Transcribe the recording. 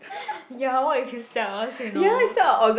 ya what if he sell us you know